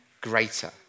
greater